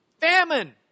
Famine